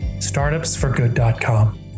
startupsforgood.com